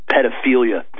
Pedophilia